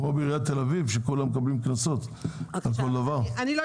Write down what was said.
כמו בעיריית תל אביב שכולם מקבלים קנסות על כל דבר,